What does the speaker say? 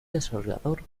desarrollador